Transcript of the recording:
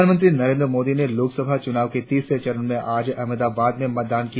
प्रधानमंत्री नरेंद्र मोदी ने लोकसभा चुनाव के तीसरे चरण में आज अहमदाबाद में मतदान किया